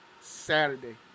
Saturday